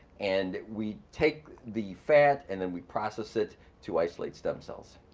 and we take the fat and then we process it to isolate stem cells.